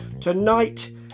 tonight